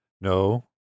No